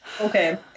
Okay